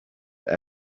that